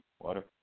water